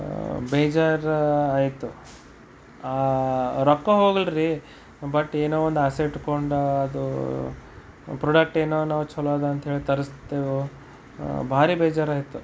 ಬೇಜಾರು ಆಯ್ತು ರೊಕ್ಕ ಹೋಗಲ್ರೀ ಬಟ್ ಏನೋ ಒಂದು ಆಸೆ ಇಟ್ಟುಕೊಂಡು ಅದು ಪ್ರಾಡಕ್ಟ್ ಏನೋ ನಾವು ಚಲೋ ಅದ ಅಂಥೇಳಿ ತರಿಸ್ದೇವು ಭಾರಿ ಬೇಜಾರಾಯಿತು